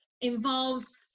involves